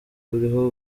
buriho